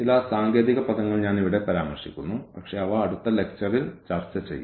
ചില സാങ്കേതിക പദങ്ങൾ ഞാൻ ഇവിടെ പരാമർശിക്കുന്നു പക്ഷേ അവ അടുത്ത ലെക്ച്ചറിൽ ചർച്ചചെയ്യും